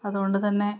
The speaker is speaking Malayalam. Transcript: അതുകൊണ്ടുതന്നെ